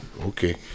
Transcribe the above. okay